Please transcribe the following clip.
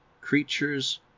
Creatures